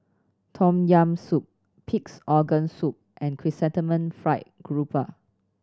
Tom Yam Soup Pig's Organ Soup and Chrysanthemum Fried Grouper